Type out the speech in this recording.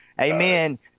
Amen